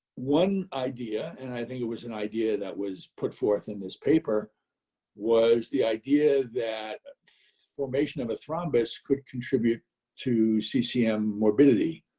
one idea and i think it was an idea that was put forth in this paper was the idea that formation of a thrombus could contribute to ccm morbidity.